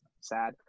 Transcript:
sad